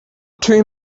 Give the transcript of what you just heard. two